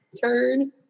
Turn